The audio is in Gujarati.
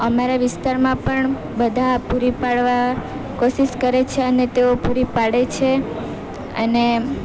અમારા વિસ્તારમાં પણ બધા પૂરી પાડવા કોશિશ કરે છે અને તેઓ પૂરી પાડે છે અને